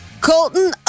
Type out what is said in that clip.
Colton